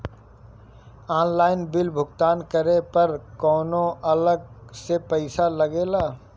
Online bill भुगतान करे पर कौनो अलग से पईसा लगेला?